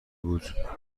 بود